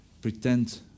pretend